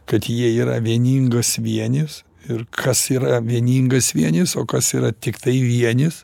kad jie yra vieningas vienis ir kas yra vieningas vienis o kas yra tiktai vienis